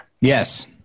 Yes